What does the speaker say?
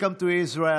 Welcome to Israel,